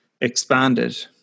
expanded